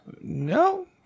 No